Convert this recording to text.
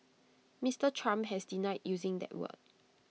Mister Trump has denied using that word